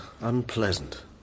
unpleasant